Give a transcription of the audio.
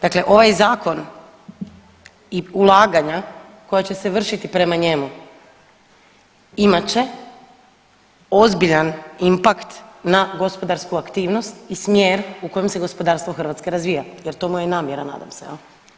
Dakle, ovaj zakon i ulaganja koja će se vršiti prema njemu imat će ozbiljan impakt na gospodarsku aktivnost i smjer u kojem se gospodarstvo Hrvatske razvija jer to mu je i namjera nadam se jel.